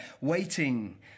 Waiting